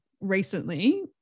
recently